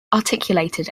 articulated